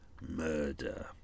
murder